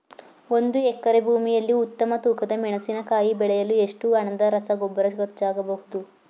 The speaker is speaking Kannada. ಒಂದು ಎಕರೆ ಭೂಮಿಯಲ್ಲಿ ಉತ್ತಮ ತೂಕದ ಮೆಣಸಿನಕಾಯಿ ಬೆಳೆಸಲು ಎಷ್ಟು ಹಣದ ರಸಗೊಬ್ಬರ ಖರ್ಚಾಗಬಹುದು?